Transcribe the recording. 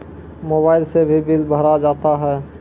Mobile से भी bill भरा जाता हैं?